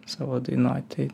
savo dainoj tai